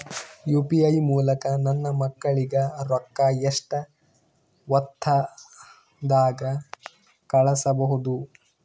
UPI ಮೂಲಕ ನನ್ನ ಮಕ್ಕಳಿಗ ರೊಕ್ಕ ಎಷ್ಟ ಹೊತ್ತದಾಗ ಕಳಸಬಹುದು?